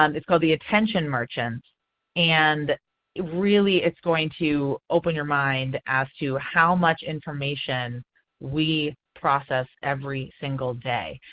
um it's called the attention merchants and really it's going to open your mind as to how much information we process every single day.